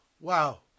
Wow